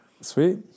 Sweet